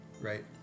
right